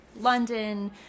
London